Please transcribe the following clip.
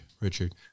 Richard